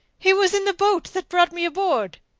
he was in the boat that brought me aboard.